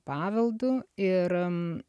paveldu ir